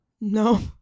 No